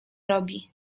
robi